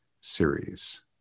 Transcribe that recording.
series